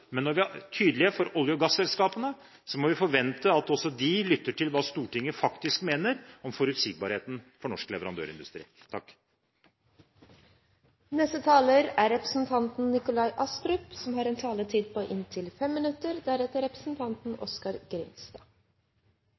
Men når vi er tydelige overfor olje- og gasselskapene, må vi forvente at også de lytter til hva Stortinget faktisk mener om forutsigbarheten for norsk leverandørindustri.